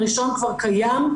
הראשון כבר קיים,